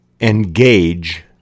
engage